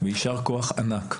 יישר כוח ענק.